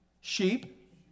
Sheep